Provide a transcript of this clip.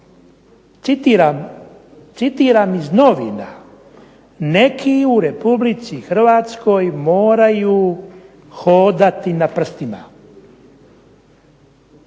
citiram iz novina: "Neki u Republici Hrvatskoj moraju hodati na prstima".